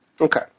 Okay